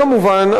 כמובן,